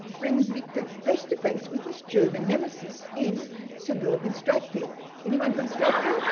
brings victor face to face with his german nemesis in suburban strathfield. anyone from strathfield?